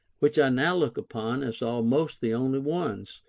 which i now look upon as almost the only ones,